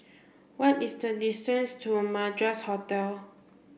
what is the distance to Madras Hotel